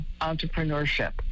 entrepreneurship